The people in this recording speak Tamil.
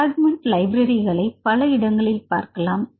பிராக்மெண்ட் லைப்ரரிகளை பல இடங்களில் பார்க்கலாம்